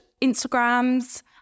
Instagrams